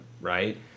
right